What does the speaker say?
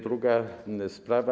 Druga sprawa.